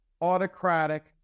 autocratic